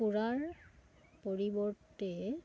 পোৰাৰ পৰিৱৰ্তে